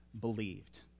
believed